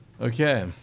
okay